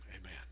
Amen